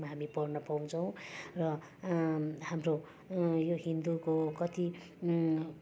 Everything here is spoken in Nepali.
हामी पढ्न पाउँछौँ र हाम्रो यो हिन्दूको कति